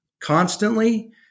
constantly